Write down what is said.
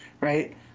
right